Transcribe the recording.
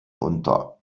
unter